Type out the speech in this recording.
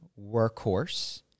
workhorse